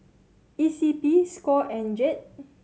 E C P score and GED